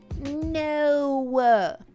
No